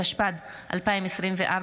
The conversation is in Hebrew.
התשפ"ד 2024,